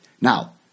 Now